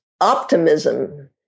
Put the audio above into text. optimism